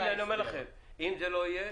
אני אומר לכם: אם זה לא יהיה,